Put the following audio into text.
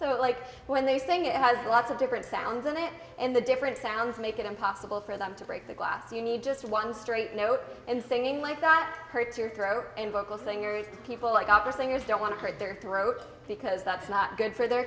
so like when they sing it has lots of different sounds in it and the different sounds make it impossible for them to break the glass you need just one straight note and singing like that hurts your throat and vocal singers people like opera singers don't want to hurt their throat because that's not good for their